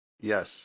Yes